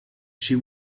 she